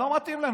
לא מתאים להם.